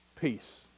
peace